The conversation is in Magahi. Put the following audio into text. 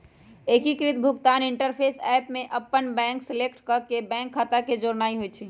एकीकृत भुगतान इंटरफ़ेस ऐप में अप्पन बैंक सेलेक्ट क के बैंक खता के जोड़नाइ होइ छइ